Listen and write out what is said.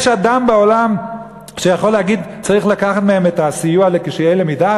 יש אדם בעולם שיכול להגיד שצריך לקחת מהם את הסיוע לקשי למידה?